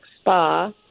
spa